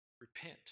Repent